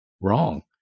wrong